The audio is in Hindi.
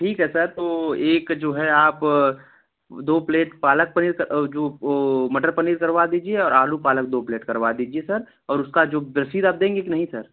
ठीक है सर तो एक जो है आप दो प्लेट पालक पनीर कर जो वो मटर पनीर करवा दीजिए और आलू पालक दो प्लेट करवा दीजिए सर और उसका जो ब रसीद आप देंगे के नहीं सर